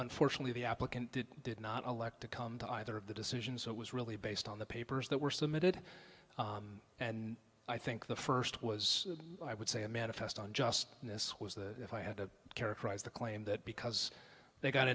unfortunately the applicant did did not elect to come to either of the decisions so it was really based on the papers that were submitted and i think the first was i would say a manifest on just this was the if i had to characterize the claim that because they got